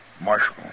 Marshal